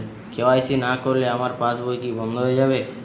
KYC না করলে আমার পাশ বই কি বন্ধ হয়ে যাবে?